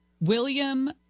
William